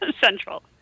Central